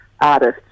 artists